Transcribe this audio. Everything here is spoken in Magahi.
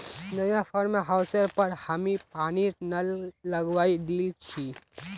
नया फार्म हाउसेर पर हामी पानीर नल लगवइ दिल छि